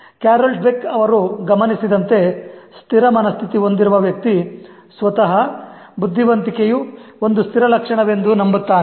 Carol dweck ಅವರು ಗಮನಿಸಿದಂತೆ ಸ್ಥಿರ ಮನಸ್ಥಿತಿ ಹೊಂದಿರುವ ವ್ಯಕ್ತಿ ಸ್ವತಹ ಬುದ್ಧಿವಂತಿಕೆಯು ಒಂದು ಸ್ಥಿರ ಲಕ್ಷಣವೆಂದು ನಂಬುತ್ತಾನೆ